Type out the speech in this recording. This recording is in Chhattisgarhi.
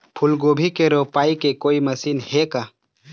फूलगोभी के रोपाई के कोई मशीन हे का?